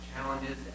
challenges